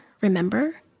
remember